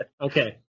Okay